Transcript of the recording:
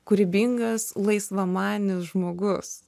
kūrybingas laisvamanis žmogus